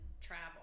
travel